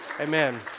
Amen